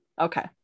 okay